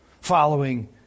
following